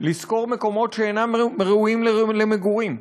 לשכור מקומות שאינם ראויים למגורים,